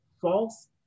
false